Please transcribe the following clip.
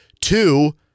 Two